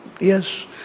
yes